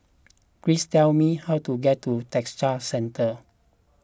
please tell me how to get to Textile Centre